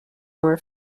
were